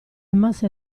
masse